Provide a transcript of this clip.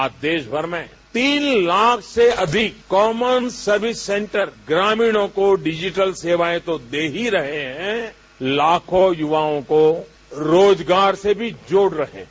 आज देश भर में तीन लाख से अधिक कॉमेन्स सर्विस सेन्टर ग्रामीण को डिजिटल सेवा तो दे रही है लाखों युवाओं को रोजगार से भी जोड़ रहे हैं